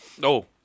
No